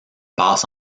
passe